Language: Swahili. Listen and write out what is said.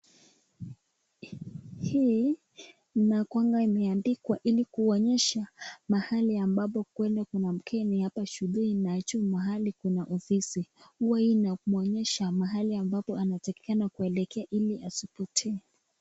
Hii inakuwanga imeandikwa ili kuwaonyesha mahali ambapo kwenye kuna mgeni hapa shuleni na hajui mahali kuna ofisi. Huwa hii inamuonyesha mahali ambapo anatakikana kuelekea ili asipotee.